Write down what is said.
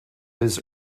his